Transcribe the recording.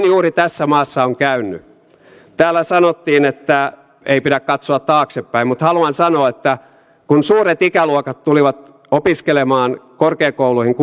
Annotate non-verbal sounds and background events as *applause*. *unintelligible* juuri tässä maassa on käynyt täällä sanottiin että ei pidä katsoa taaksepäin mutta haluan sanoa että kun suuret ikäluokat tulivat opiskelemaan korkeakouluihin *unintelligible*